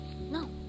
No